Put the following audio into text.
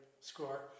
score